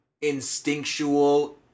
instinctual